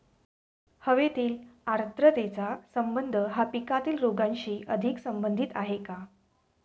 हवेतील आर्द्रतेचा संबंध हा पिकातील रोगांशी अधिक संबंधित आहे का?